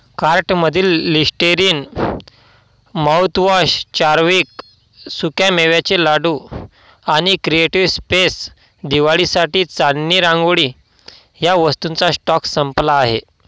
कार्टमधील Listerine mouthwash चार्विक सुक्यामेव्याचे लाडू आणि क्रिएटिव स्पेस दिवाळीसाठी चांदणी रांगोळी ह्या वस्तूंचा स्टॉक संपला आहे